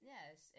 Yes